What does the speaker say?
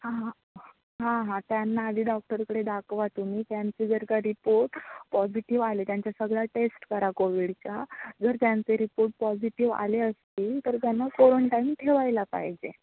हां हां हां हां त्यांना आधी डॉक्टरकडे दाखवा तुम्ही त्यांचे जर का रिपोर्ट पॉझिटिव्ह आले त्यांचा सगळा टेस्ट करा कोविडचा जर त्यांचे रिपोर्ट पॉझिटिव्ह आले असतील तर त्यांना कोरोंटाईन ठेवायला पाहिजे